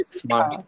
smart